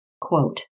quote